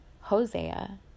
Hosea